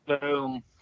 Boom